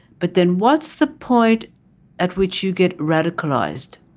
but then what's the point at which you get radicalised,